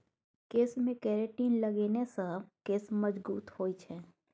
केशमे केरेटिन लगेने सँ केश मजगूत होए छै